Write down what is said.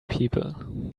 people